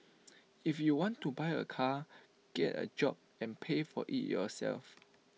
if you want to buy A car get A job and pay for IT yourself